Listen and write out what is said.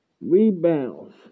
rebounds